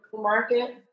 market